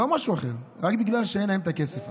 לא משהו אחר, רק בגלל שאין להם את הכסף הזה.